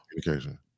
communication